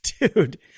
dude